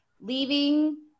leaving